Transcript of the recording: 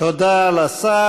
תודה לשר.